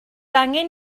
angen